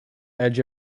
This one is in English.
edge